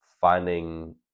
finding